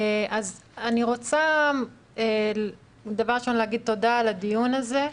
אני רוצה להגיד תודה על הדיון הזה.